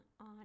on